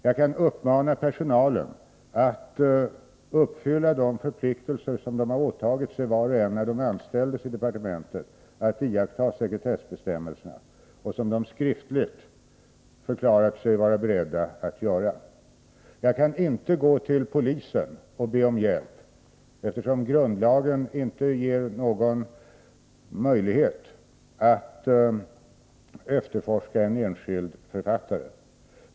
Jag kan uppmana personalen att uppfylla de förpliktelser som var och en åtog sig när de anställdes i departementet, då de skriftligen förklarade sig beredda att iaktta sekretessbestämmelserna. Jag kan inte gå till polisen och be om hjälp, eftersom grundlagen inte ger någon möjlighet till efterforskning av en enskild författare.